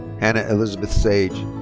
and ah elizabeth sage.